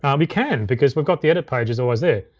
um we can, because we've got the edit page is always there.